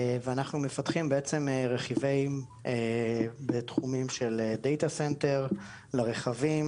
ואנחנו מפתחים בעצם רכיבים בתחומים של דטא סנטר לרכבים,